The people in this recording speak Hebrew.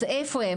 אז איפה הם?